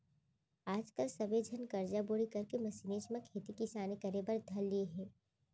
आज काल सब्बे झन करजा बोड़ी करके मसीनेच म खेती किसानी करे बर धर लिये हें